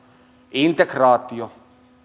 integraatio